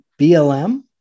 BLM